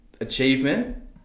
achievement